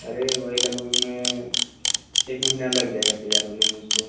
अरे वही लगभग में एक महिना लग जाएगा तैयार होने में उसको